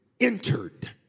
entered